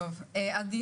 אולי